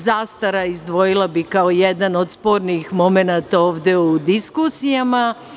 Zastara, izdvojila bih kao jedan od spornih momenata ovde u diskusijama.